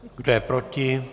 Kdo je proti?